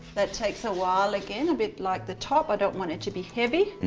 that take so a while again. a bit like the top, i don't want it to be heavy. and